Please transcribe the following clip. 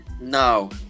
no